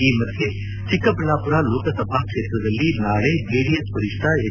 ಈ ಮಧ್ಯೆ ಚಿಕ್ಕಬಳ್ಳಾಪುರ ಲೋಕಸಭಾ ಕ್ಷೇತ್ರದಲ್ಲಿ ನಾಳೆ ಜೆಡಿಎಸ್ ವರಿಷ್ಟ ಹೆಚ್